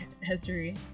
history